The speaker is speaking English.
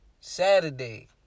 Saturday